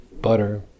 butter